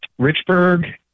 Richburg